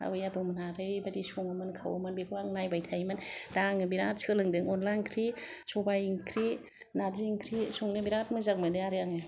आबै आबौ मोनहा ओरैबादि सङोमोन खावोमोन बेखौ आं नायबाय थायोमोन दा आङो बेराद सोलोंदों अनला ओंख्रि सबाइ ओंख्रि नार्जि ओंख्रि संनो बेराद मोजां मोनो आरो आङो